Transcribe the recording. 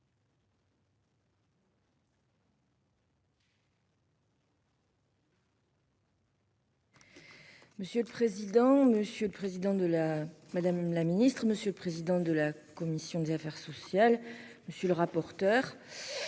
Monsieur le président, madame la ministre, monsieur le président de la commission des affaires sociales. Monsieur le rapporteur.